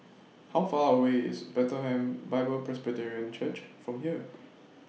How Far away IS Bethlehem Bible Presbyterian Church from here